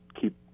keep